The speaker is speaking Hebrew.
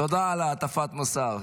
תודה על הטפת המוסר.